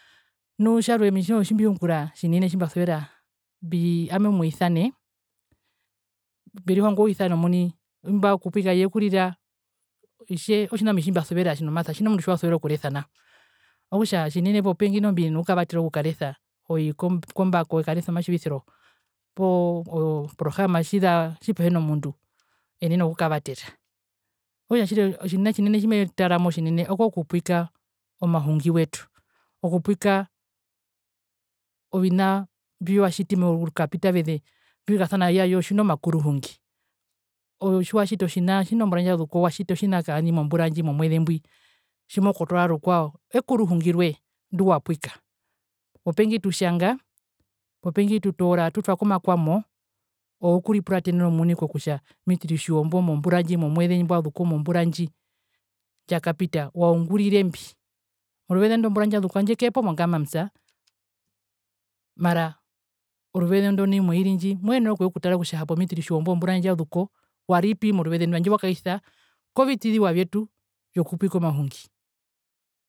Nu tjarwe ami noho tjimbiungura tjimbasuvera owami omuisane mberihonga owisane omuni imba okupwika yekurira hitjee otjina ami tjimbasuvera nomasa tjimuna omundu tjiwasuvera okuresa nao okutja tjinene mbiyenena okukavatera okukaresa oikombako ekaresa omatjivisiro poo oprograma tjipehina mundu eenene okukavatera okutja tjiri otjina otjinene tjimetaramo tjimetaramo tjinene okokupwika omahungi yetu okupwika ovina mbiwatjiti morukapita veze mbikasana ayoo tjina omakuruhungi ove tjiwatjita otjina nao tjina ombura ndjazuko watjita otjina kaani mombura ndji momweze mbwi tjimokotoora rukwao ekuruhungi roye nduwapwika popengi tutjanga popengi tutoora atutwa komakwamo ookuripuratenena omuni kokutja mitiri tjijombo mombura ndji momweze mbwazuko mombura ndji ndjakapita waungurire mbi oruvze ndwi ombura ndjazuko handje kepo mo gammams mara oruze ndo nai moiri ndji moenene okuyekutara kutja hapo mitiri tjijombo ombura ndjazuko waripi moruvezendo wandje wakaisa kovitiziwa vyetu vyokupwika omahungi.